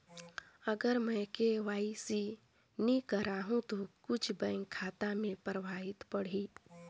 अगर मे के.वाई.सी नी कराहू तो कुछ बैंक खाता मे प्रभाव पढ़ी?